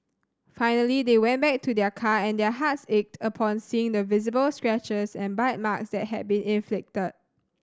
finally they went back to their car and their hearts ached upon seeing the visible scratches and bite marks that had been inflicted